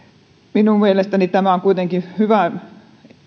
minun mielestäni tämä on kuitenkin hyvä